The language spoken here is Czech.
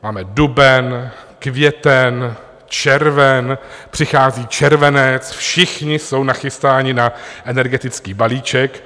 Máme duben, květen, červen, přichází červenec, všichni jsou nachystáni na energetický balíček.